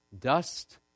dust